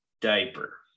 Diaper